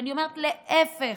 ואני אומרת: להפך,